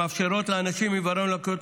שמאפשרות לאנשים עם עיוורון ולקויות